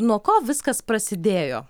nuo ko viskas prasidėjo